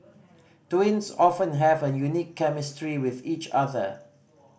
twins often have a unique chemistry with each other